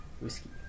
whiskey